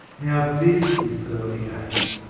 now this is early days,